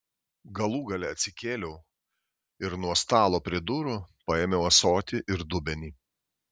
galų gale atsikėliau ir nuo stalo prie durų paėmiau ąsotį ir dubenį